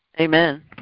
Amen